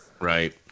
Right